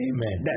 Amen